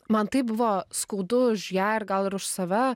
man taip buvo skaudu už ją ir gal ir už save